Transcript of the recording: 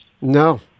No